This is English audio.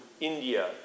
India